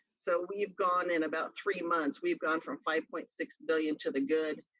so we've gone in about three months, we've gone from five point six billion to the good,